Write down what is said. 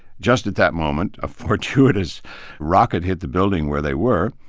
just at that moment, a fortuitous rocket hit the building where they were,